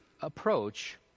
approach